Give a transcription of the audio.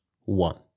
one